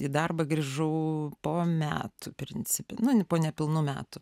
į darbą grįžau po metų principe na po nepilnų metų